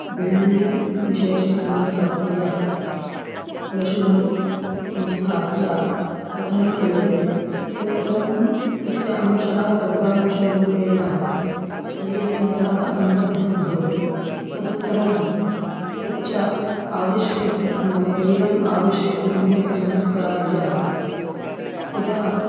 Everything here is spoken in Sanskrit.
बेळ्ळुळ्ळिविशेषं संस्थाप्य लशुनं संस्थाप्य क्वथनं क्रियते तदुत्तरं तस्य अंशः सर्वांशरूपेण तैलेन सह सम्बद्धं भवति तदुत्तरं तच्च आविष्कृत्य नाम तैलम् आविष्कृत्य सम्यक् संस्कार्य यदा